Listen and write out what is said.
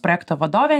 projekto vadovė